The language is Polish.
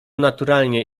naturalnie